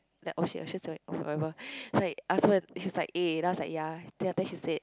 oh shit I say sorry oh whatever it's like she's like eh I was like ya then after that she said